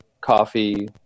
coffee